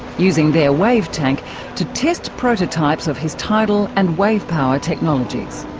using their wave tank to test prototypes of his tidal and wavepower technologies.